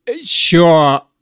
Sure